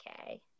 okay